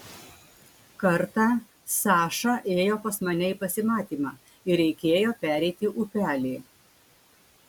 kartą saša ėjo pas mane į pasimatymą ir reikėjo pereiti upelį